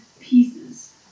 pieces